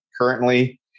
currently